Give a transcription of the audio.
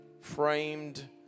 framed